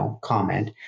comment